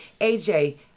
AJ